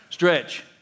Stretch